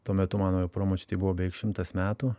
tuo metu mano jau promočiutei buvo beveik šimtas metų